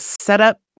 setup